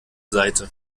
seite